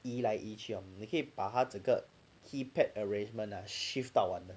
移来移去 [one] 你可以把他整个 keypad arrangement uh shift 到完的